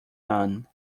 none